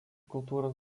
kultūros